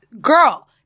girl